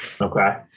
Okay